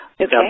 Okay